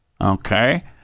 Okay